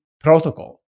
protocol